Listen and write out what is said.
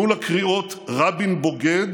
מול הקריאות "רבין בוגד"